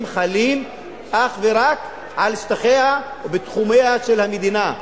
חלים אך ורק על שטחיה ובתחומיה של המדינה,